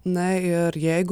na ir jeigu